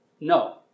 no